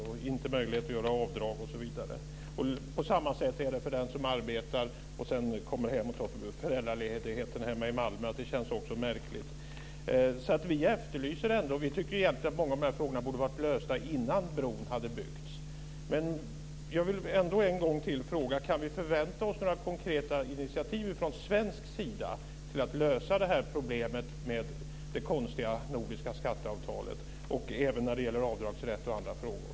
Man har inte möjlighet att göra avdrag osv. På samma sätt är det för den som arbetar och sedan kommer hem och tar föräldraledigheten hemma i Malmö. Det känns också märkligt. Vi tycker egentligen att många av de här frågorna borde ha varit lösta innan bron byggdes. Jag vill fråga en gång till: Kan vi förvänta oss några konkreta initiativ från svensk sida för att lösa problemet med det konstiga nordiska skatteavtalet? Det gäller även avdragsrätt och andra frågor.